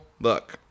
look